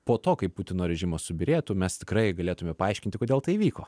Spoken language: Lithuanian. po to kai putino režimas subyrėtų mes tikrai galėtume paaiškinti kodėl tai įvyko